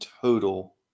total